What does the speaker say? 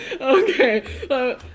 Okay